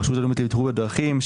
הרשות הלאומית לבטיחות בדרכים,